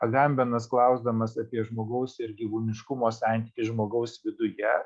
gambenas klausdamas apie žmogaus ir gyvūniškumo santykį žmogaus viduje